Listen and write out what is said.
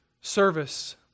Service